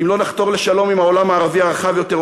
אם לא נחתור לשלום עם העולם הערבי הרחב יותר,